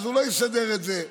אז הוא לא יסדר את זה,